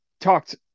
talked